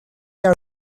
iawn